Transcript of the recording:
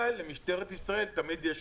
אבל למשטרת ישראל תמיד יש